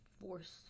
force